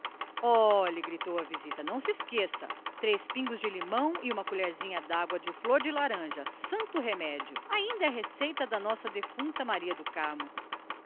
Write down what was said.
corredor olhe gritou a sousellas não se esqueça hein três pingos de limão e uma colherzinha de água de flor de laranja santo remédio ainda é receita da nossa defunta maria do carmo